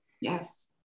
Yes